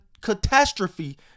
catastrophe